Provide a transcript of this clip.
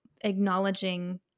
acknowledging